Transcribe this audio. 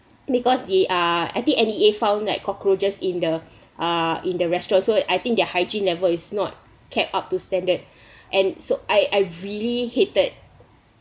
because they are at the N_E_A found that cockroaches in the ah in the restaurant so I think their hygiene levels not kept up to standard and so I I really hated